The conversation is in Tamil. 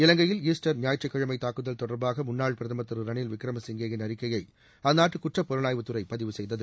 இவங்கையில் ஈஸ்டர் ஞாயிற்றுக்கிழமை தாக்குதல் தொடர்பாக முன்னாள் பிரதமர் திரு ரனில் விக்ரமசிங்கே யின் அறிக்கையை அந்நாட்டு குற்றப் புலனாய்வுத் துறை பதிவு செய்தது